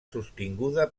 sostinguda